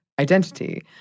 identity